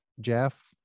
Jeff